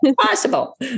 Possible